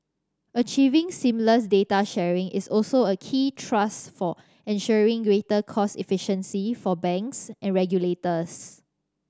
achieving seamless data sharing is also a key thrust for ensuring greater cost efficiency for banks and regulators